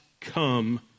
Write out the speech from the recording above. come